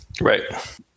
Right